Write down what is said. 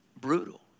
Brutal